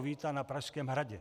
Víta na Pražském hradě.